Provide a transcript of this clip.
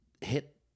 hit